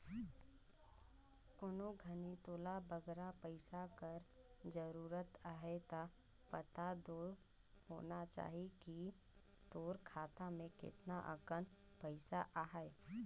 कोनो घनी तोला बगरा पइसा कर जरूरत अहे ता पता दो होना चाही कि तोर खाता में केतना अकन पइसा अहे